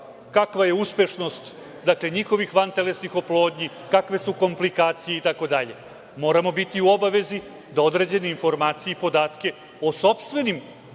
kakva je uspešnost njihovih vantelesnih oplodnji, kakve su komplikacije, itd, moramo biti u obavezi da određene informacije i podatke o sopstvenim